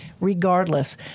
regardless